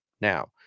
Now